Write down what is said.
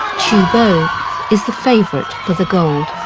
bo is the favourite for the gold.